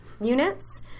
units